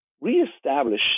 reestablish